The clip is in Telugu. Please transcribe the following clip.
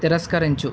తిరస్కరించు